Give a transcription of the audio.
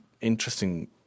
interesting